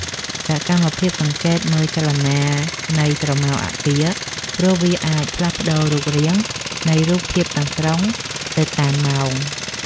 សកម្មភាពសង្កេតមើលចលនានៃស្រមោលអាគារ ព្រោះវាអាចផ្លាស់ប្តូររូបរាងនៃរូបភាពទាំងស្រុងទៅតាមម៉ោង។